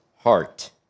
heart